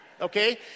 okay